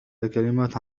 الكلمات